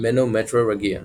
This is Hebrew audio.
- menometrorrhagia